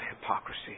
hypocrisy